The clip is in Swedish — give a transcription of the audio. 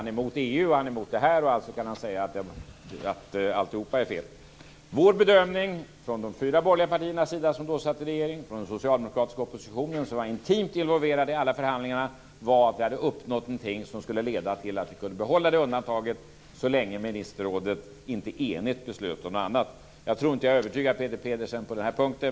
Han är emot EU och emot detta, och alltså kan han säga att alltihop är fel. Vår bedömning från de fyra borgerliga partiernas sida som då satt i regeringen, och från den socialdemokratiska oppositionen, som var intimt involverad i alla förhandlingarna, var att vi hade uppnått någonting som skulle leda till att vi kunde behålla undantaget så länge inte ministerrådet enigt beslöt om något annat. Jag tror inte att jag övertygar Peter Pedersen på den punkten.